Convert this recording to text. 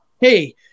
hey